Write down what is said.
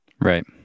Right